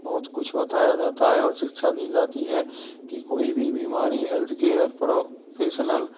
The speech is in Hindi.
बहुत कुछ बताया जाता है और शिक्षा दी जाती है कि कोई भी बीमारी हेल्थ केयर प्रोफेशनल